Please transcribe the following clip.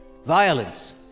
Violence